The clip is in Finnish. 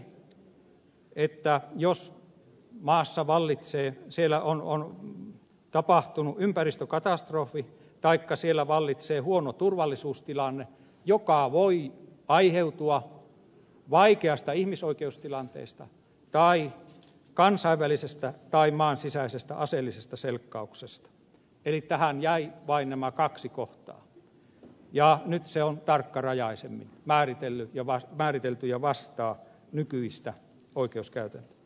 toisin sanoen siihen jäisi ehtoina jos maassa on tapahtunut ympäristökatastrofi taikka siellä vallitsee huono turvallisuustilanne joka voi aiheutua vaikeasta ihmisoikeustilanteesta tai kansainvälisestä tai maan sisäisestä aseellisesta selkkauksesta siis tähän jäi vain nämä kaksi kohtaa ja nyt pykälä on tarkkarajaisemmin määritelty ja vastaa nykyistä oikeuskäytäntöä